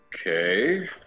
Okay